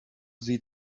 sie